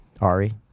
Ari